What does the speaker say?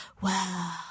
Wow